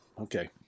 okay